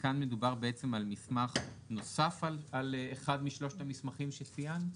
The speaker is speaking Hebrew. כאן מדובר בעצם על מסמך נוסף על אחד משלושת המסמכים שציינת?